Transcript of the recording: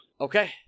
Okay